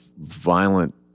violent